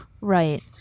Right